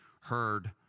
heard